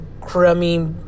crummy